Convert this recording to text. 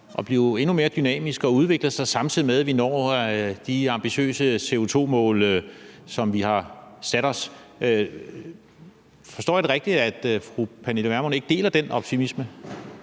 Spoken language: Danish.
sig, blive endnu mere dynamisk og udvikle sig, samtidig med at vi når de ambitiøse CO2-mål, som vi har sat os. Forstår jeg det rigtigt, at fru Pernille Vermund ikke deler den optimisme?